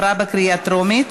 עברה בקריאה טרומית,